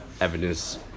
evidence